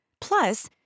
Plus